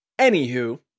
Anywho